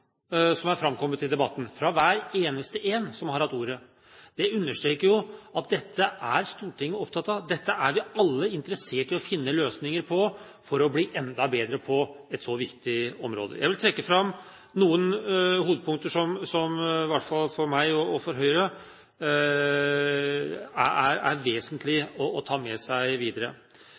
som er framkommet i debatten fra hver eneste en som har hatt ordet, understreker jo at dette er Stortinget opptatt av. Dette er vi alle interessert i å finne løsninger på for å bli enda bedre på et så viktig område. Jeg vil trekke fram noen hovedpunkter som det i hvert fall for meg og for Høyre er vesentlig å ta med seg videre.